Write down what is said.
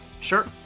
Sure